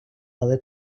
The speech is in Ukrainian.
але